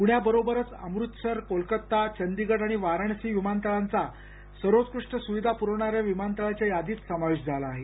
प्रण्याबरोबरच अमृतसर कोलकत्ता चंदिगढ आणि वाराणसी विमानतळांचा सर्वोत्कृष्ट सुविधा पुरवणाऱ्या विमानतळाच्या यादीत समावेश झाला आहे